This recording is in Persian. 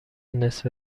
نصف